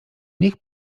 niech